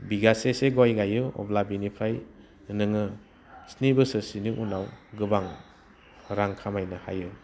बिघासेसो गय गाइयो अब्ला बिनिफ्राय नोङो स्नि बोसोरसोनि उनाव गोबां रां खामायनो हायो